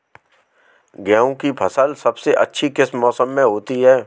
गेंहू की फसल सबसे अच्छी किस मौसम में होती है?